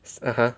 (uh huh)